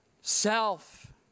self